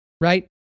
right